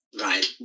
Right